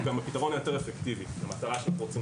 אלא הוא גם הפתרון היותר אפקטיבי למטרה אותה